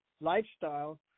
lifestyle